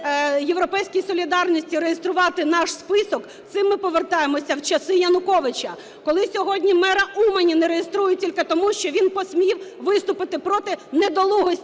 "Європейській солідарності" реєструвати наш список, цим ми повертаємось в часи Януковича. Коли сьогодні мера Умані не реєструють тільки тому, що він посмів виступити проти недолугості